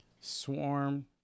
swarm